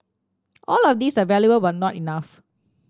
all of these are valuable but are not enough